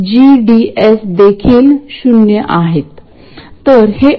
तर आपल्याकडे बायसिंग ची आकृती किंवा ऑपरेटिंग पॉईंट सेट अप आहे आणि त्यामध्ये मी हे असे दर्शवित आहे